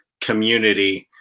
community